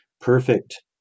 perfect